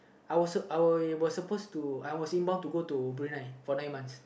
I was I were was supposed to I was involved to go to Brunei for nine months